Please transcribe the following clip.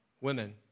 women